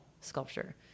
sculpture